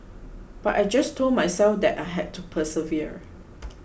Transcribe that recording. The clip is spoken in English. but I just told myself that I had to persevere